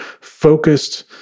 focused